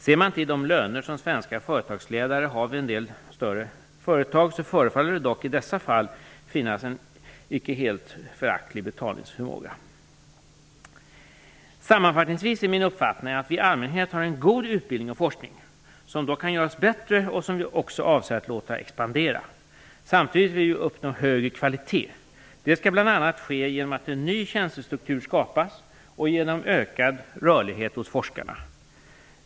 Ser man till de löner som svenska företagsledare har vid en del större företag förefaller det dock i dessa fall finnas en inte helt föraktlig betalningsförmåga. Sammanfattningsvis är min uppfattning att vi i allmänhet har god utbildning och forskning som dock kan göras bättre och som vi nu avser att låta expandera. Samtidigt vill vi uppnå ännu högre kvalitet. Detta skall bl.a. ske genom att en ny tjänstestruktur skapas och genom ökad rörlighet hos forskarna.